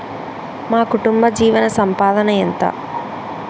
మా కుటుంబ జీవన సంపాదన ఎంత?